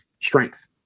strength